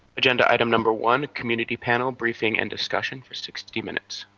agenda item number one, community panel, briefing and discussion for sixty minutes.